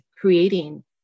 creating